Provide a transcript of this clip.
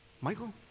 Michael